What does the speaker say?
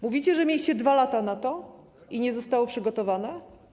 Mówicie, że mieliście 2 lata na to i to nie zostało przygotowane?